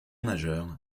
nageur